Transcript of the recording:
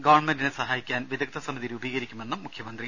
ഗവൺമെന്റിനെ സഹായിക്കാൻ വിദഗ്ധസമിതി രൂപീകരിക്കുമെന്നും മുഖ്യമന്ത്രി